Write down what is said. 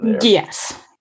Yes